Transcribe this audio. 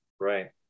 Right